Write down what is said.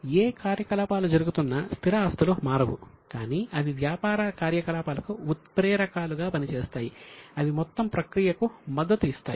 ఏ కార్యకలాపాలు జరుగుతున్నా స్థిర ఆస్తులు మారవు కానీ అవి వ్యాపార కార్యకలాపాలకు ఉత్ప్రేరకాలుగా పనిచేస్తాయి అవి మొత్తం ప్రక్రియకు మద్దతు ఇస్తాయి